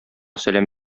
сәлам